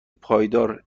پایدارmباید